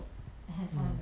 mm